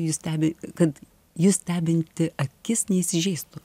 jus stebi kad jus stebinti akis neįsižeistų